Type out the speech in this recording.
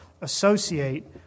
associate